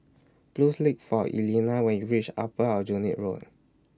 Please Look For Elena when YOU REACH Upper Aljunied Road